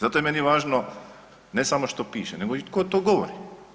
Zato je meni važno ne samo što piše nego i tko to govori.